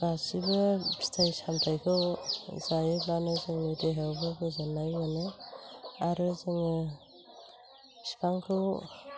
गासिबो फिथाइ सामथाइखौ जायोब्लानो जोंनि देहायावबो गोजोननाय मोनो आरो जोङो बिफांखौ